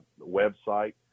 Website